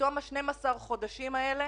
בתום 12 החודשים האלה